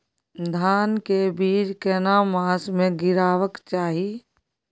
धान के बीज केना मास में गीरावक चाही?